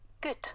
good